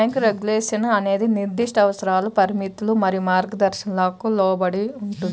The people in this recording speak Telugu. బ్యేంకు రెగ్యులేషన్ అనేది నిర్దిష్ట అవసరాలు, పరిమితులు మరియు మార్గదర్శకాలకు లోబడి ఉంటుంది,